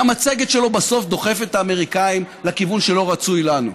המצגת שלו בסוף דוחפת את האמריקנים לכיוון שלא רצוי לנו.